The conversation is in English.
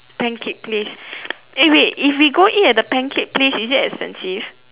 pancake place eh wait if we go eat at the pancake place is it expensive